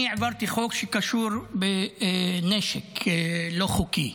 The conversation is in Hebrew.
אני העברתי חוק שקשור בנשק לא חוקי,